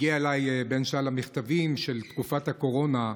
הגיעו אליי, בין שלל המכתבים של תקופת הקורונה,